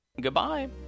goodbye